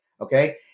okay